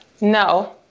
No